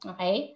Okay